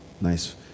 Nice